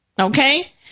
Okay